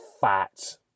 fat